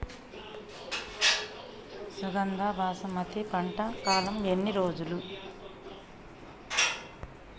సుగంధ బాసుమతి పంట కాలం ఎన్ని రోజులు?